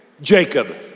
Jacob